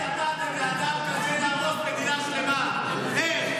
איך נתתם לאדם כזה להרוס מדינה שלמה, איך?